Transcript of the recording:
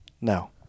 No